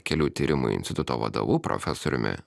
kelių tyrimų instituto vadovu profesoriumi